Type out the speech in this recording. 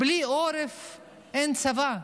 בלי עורף אין צבא.